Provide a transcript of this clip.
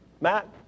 Matt